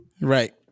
Right